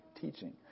teaching